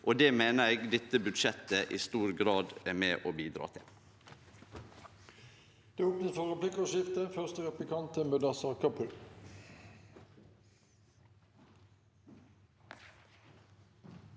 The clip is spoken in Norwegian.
Det meiner eg dette budsjettet i stor grad er med og bidreg til.